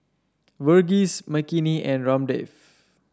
Verghese Makineni and Ramdev